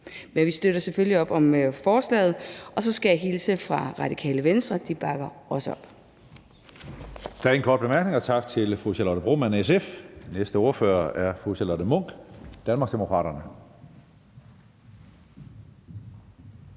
Vi støtter selvfølgelig op om forslaget. Og så skal jeg hilse fra Radikale Venstre, som også